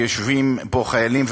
יושבים פה חיילים,